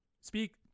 speak